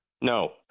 no